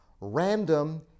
random